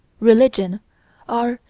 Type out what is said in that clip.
religion are,